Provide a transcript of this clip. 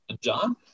John